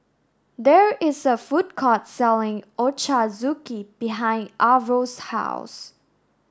there is a food court selling Ochazuke behind Arvil's house